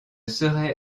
serai